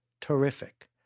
terrific